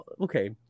okay